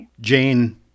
Jane